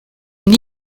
une